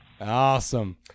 Awesome